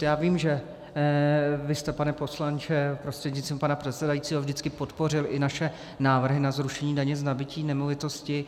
Já vím, že vy jste, pane poslanče prostřednictvím pana předsedajícího, vždycky podpořil i naše návrhy na zrušení daně z nabytí nemovitostí.